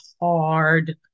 hard